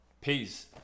Peace